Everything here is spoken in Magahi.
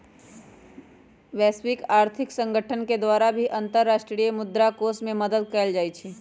वैश्विक आर्थिक संगठन के द्वारा भी अन्तर्राष्ट्रीय मुद्रा कोष के मदद कइल जाहई